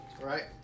Right